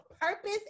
purpose